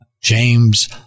James